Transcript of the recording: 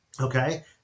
Okay